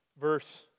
Verse